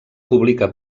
publica